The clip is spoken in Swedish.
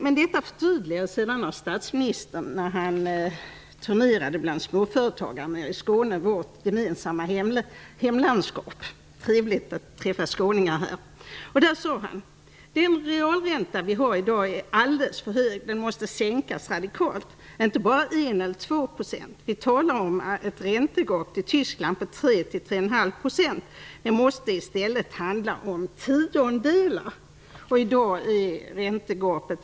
Men sedan förtydligades detta av statsministern när han turnerade bland småföretagarna i Skåne, vårt gemensamma hemlandskap, finansministern - trevligt att träffa skåningar här. "Den realränta vi har i dag är alldeles för hög. Den måste sänkas radikalt. Inte bara en eller två procent! Vi talar om ett räntegap till Tyskland på 3 eller 3,5 %. Det måste i stället handla om tiondelar." 3,7 %.